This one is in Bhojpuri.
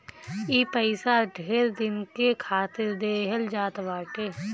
ई पइसा ढेर दिन के खातिर देहल जात बाटे